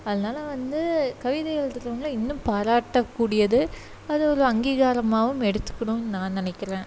அதனால வந்து கவிதை எழுதுகிறவுங்கள இன்னும் பாராட்டக்கூடியது அது ஒரு அங்கீகாரமாகவும் எடுத்துக்கணும்னு நான் நினைக்கிறேன்